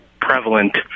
prevalent